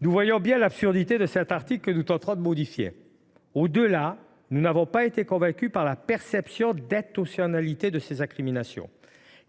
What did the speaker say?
Nous voyons bien l’absurdité de cet article que nous tenterons de modifier. Au delà, nous n’avons pas été convaincus sur la question de la perception de l’intentionnalité dans ces incriminations.